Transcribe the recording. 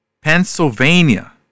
Pennsylvania